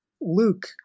Luke